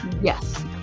Yes